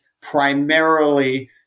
primarily